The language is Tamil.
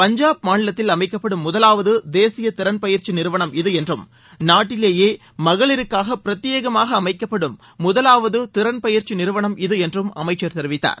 பஞ்சாப் மாநிலத்தில் அமைக்கப்படும் முதலாவது தேசிய திறன் பயிற்சி நிறுவனம் இது என்றும் நாட்டிலேயே மகளிருக்காக பிரத்யேகமாக அமைக்கப்படும் முதலாவது திறன் பயிற்சி நிறுவனம் இது என்றும் அமைச்சர் தெரிவித்தார்